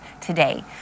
today